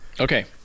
Okay